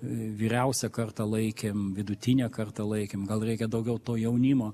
vyriausią kartą laikėm vidutinę kartą laikėm gal reikia daugiau to jaunimo